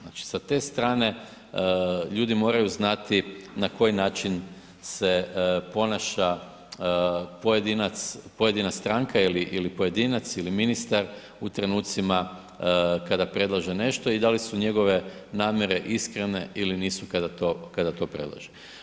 Znači sa te strane ljudi moraju znati na koji način se ponaša pojedina stranka ili pojedinac ili ministar u trenucima kada predlaže nešto i da li su njegova namjere iskrene ili nisu kada to predlaže.